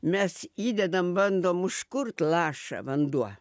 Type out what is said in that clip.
mes įdedam bandom užkurt laša vanduo